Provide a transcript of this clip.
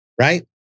Right